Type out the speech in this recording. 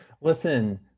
Listen